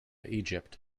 egypt